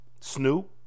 Snoop